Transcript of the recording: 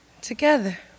together